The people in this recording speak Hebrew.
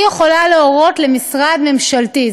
היא יכולה להורות למשרד ממשלתי.